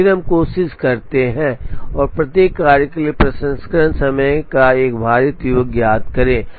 और फिर हम कोशिश करते हैं और प्रत्येक कार्य के लिए प्रसंस्करण समय का एक भारित योग ज्ञात करें